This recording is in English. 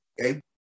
okay